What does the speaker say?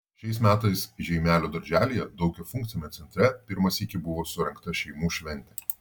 šiais metais žeimelio darželyje daugiafunkciame centre pirmą sykį buvo surengta šeimų šventė